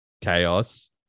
chaos